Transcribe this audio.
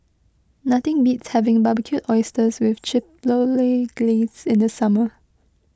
nothing beats having Barbecued Oysters with Chipotle Glaze in the summer